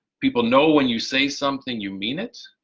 people know when you say something you mean it,